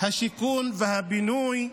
השיכון והבינוי,